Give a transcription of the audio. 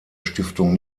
stiftung